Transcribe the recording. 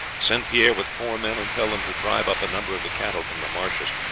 send pierre with four men, and tell them to drive up a number of the cattle from the marshes.